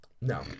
No